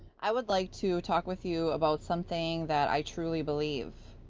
i would like to talk with you about something that i truly believe.